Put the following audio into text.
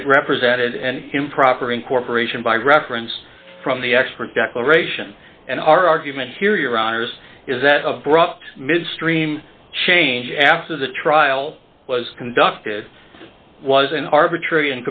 it represented an improper incorporation by reference from the expert declaration and our argument here your honour's is that abrupt midstream change after the trial was conducted was an arbitrary